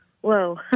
Whoa